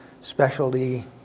specialty